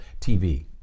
TV